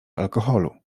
alkoholu